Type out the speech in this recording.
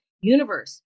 universe